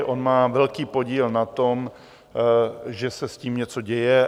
On má velký podíl na tom, že se s tím něco děje.